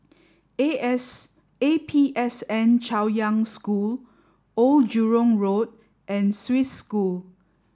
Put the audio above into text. A S A P S N Chaoyang School Old Jurong Road and Swiss School